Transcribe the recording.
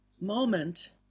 moment